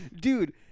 dude